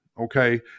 okay